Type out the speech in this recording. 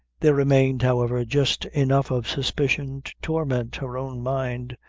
there remained, however, just enough of suspicion to torment her own mind,